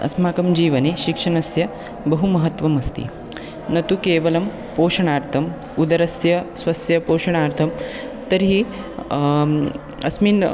अस्माकं जीवने शिक्षणस्य बहु महत्त्वम् अस्ति न तु केवलं पोषणार्थम् उदरस्य स्वस्य पोषणार्थं तर्हि अस्मिन्